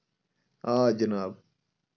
آ جِناب